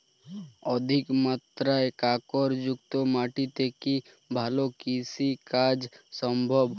অধিকমাত্রায় কাঁকরযুক্ত মাটিতে কি ভালো কৃষিকাজ সম্ভব?